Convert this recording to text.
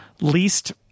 least